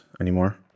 anymore